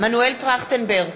מנואל טרכטנברג,